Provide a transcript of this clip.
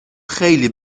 خیلی